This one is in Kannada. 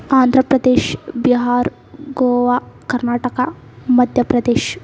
ಆಂಧ್ರ ಪ್ರದೇಶ್ ಬಿಹಾರ್ ಗೋವಾ ಕರ್ನಾಟಕ ಮಧ್ಯ ಪ್ರದೇಶ್